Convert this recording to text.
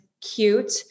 cute